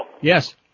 Yes